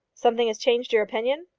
something has changed your opinion?